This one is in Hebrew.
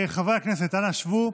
חברי הכנסת, אנא שבו.